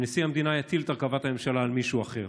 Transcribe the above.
שנשיא המדינה יטיל את הרכבת הממשלה על מישהו אחר,